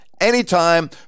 anytime